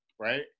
right